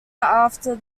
after